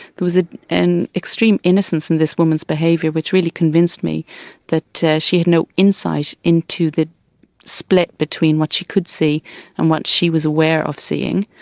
there was ah an extreme innocence in this woman's behaviour which really convinced me that she had no insight into the split between what she could see and what she was aware of seeing.